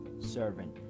servant